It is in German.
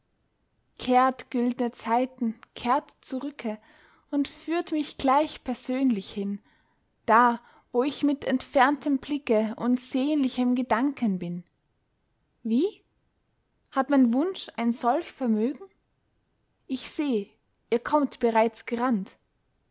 kehrt güldne zeiten kehrt zurücke und führt mich gleich persönlich hin da wo ich mit entferntem blicke und sehnlichen gedanken bin wie hat mein wunsch ein solch vermögen ich seh ihr kommt bereits gerannt